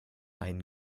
ein